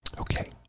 okay